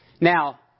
Now